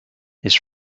his